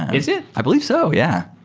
is it? i believe so. yeah.